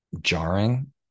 jarring